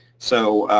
so.